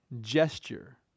gesture